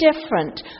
different